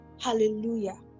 hallelujah